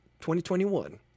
2021